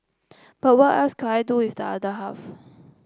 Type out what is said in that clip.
but what else could I do if the other half